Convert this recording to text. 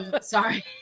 Sorry